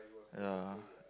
ya